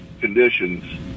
conditions